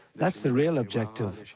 that's the real objective.